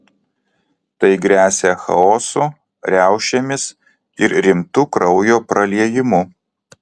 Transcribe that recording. tai gresia chaosu riaušėmis ir rimtu kraujo praliejimu